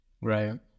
Right